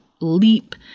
leap